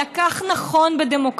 אלא כי כך נכון בדמוקרטיה,